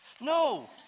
No